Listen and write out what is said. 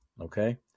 okay